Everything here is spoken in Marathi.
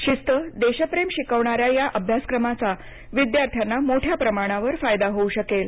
शिस्त देशप्रेम शिकविणाऱ्या या अभ्यासक्रमाचा विद्यार्थ्यांना मोठ्या प्रमाणावर फायदा होऊ शकेल